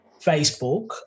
Facebook